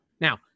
Now